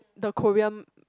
the Korean